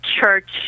Church